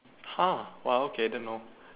!huh! !wah! okay I didn't know